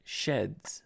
sheds